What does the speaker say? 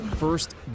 First